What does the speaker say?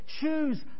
Choose